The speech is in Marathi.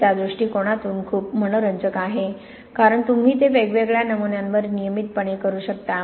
हे त्या दृष्टिकोनातून खूप मनोरंजक आहे कारण तुम्ही ते वेगवेगळ्या नमुन्यांवर नियमितपणे करू शकता